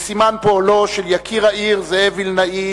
בסימן פועלו של יקיר העיר זאב וילנאי